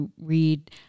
read